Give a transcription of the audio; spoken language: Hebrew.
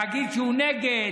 להגיד שהוא נגד,